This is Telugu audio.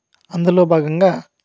అందులో భాగంగా